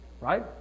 Right